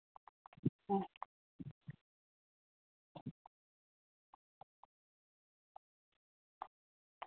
ᱦᱮᱸ